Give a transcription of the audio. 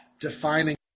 defining